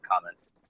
comments